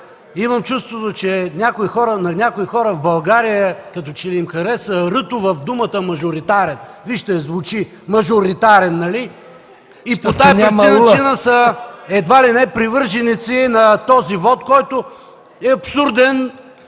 Имам чувството, че на някои хора в България като че ли им харесва „р” в думата „мажоритарен”. Вижте как звучи: „мажо-р-р-р-итарен”, нали? И по тази причина са едва ли не привърженици на този вот, който е абсурден,